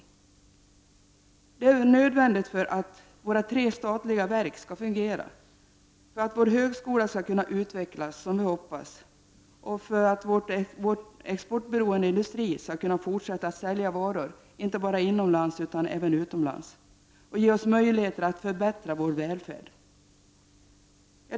Detta är alltså nödvändigt för att våra tre statliga verk skall kunna fungera, för att vår högskola skall kunna utvecklas så som vi hoppas och för att vår exportberoende industri skall kunna fortsätta att sälja varor inte bara inom landet utan också utomlands och ge oss möjligheter att förbättra vår välfärd.